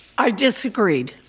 i disagreed.